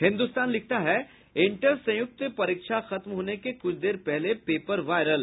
हिन्दुस्तान लिखता है इंटर संयुक्त परीक्षा खत्म होने के कुछ देर पहले पेपर वायरल